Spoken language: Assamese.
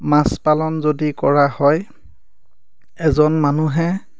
মাছ পালন যদি কৰা হয় এজন মানুহে